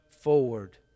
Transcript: forward